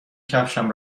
کفشم